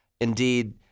indeed